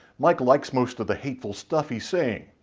mike likes most of the hateful stuff he's saying.